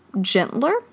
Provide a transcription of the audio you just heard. gentler